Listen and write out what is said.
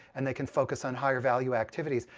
and they can focus on higher value activities.